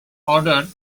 ordered